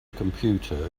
computer